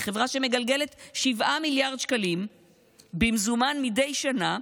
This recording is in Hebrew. חברה שמגלגלת 7 מיליארד שקלים במזומן מדי שנה,